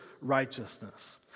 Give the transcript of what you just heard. righteousness